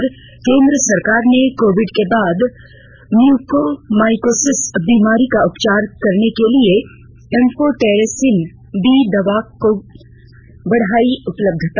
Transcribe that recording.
और केन्द्र सरकार ने कोविड के बाद म्यूकोरमाइकॉसिस बीमारी का उपचार करने के लिए एम्फोटेरिसिन बी दवा की बढ़ायी उपलब्धता